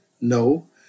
No